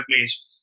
place